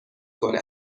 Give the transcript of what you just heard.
کنه